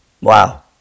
Wow